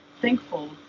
thankful